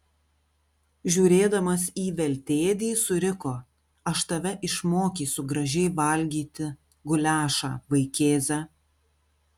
žiūrėdamas į veltėdį suriko aš tave išmokysiu gražiai valgyti guliašą vaikėze